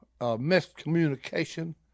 miscommunication